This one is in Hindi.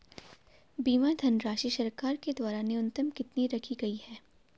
बीमा धनराशि सरकार के द्वारा न्यूनतम कितनी रखी गई है?